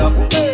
up